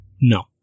no